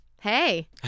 hey